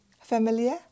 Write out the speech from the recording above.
familiar